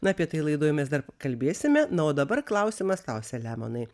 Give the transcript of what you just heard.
na apie tai laidoj mes dar pakalbėsime na o dabar klausimas tau selemonai